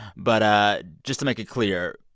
but ah just to make it clear,